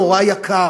הכול נורא יקר.